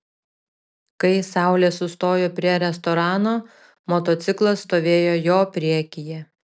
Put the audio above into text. kai saulė sustojo prie restorano motociklas stovėjo jo priekyje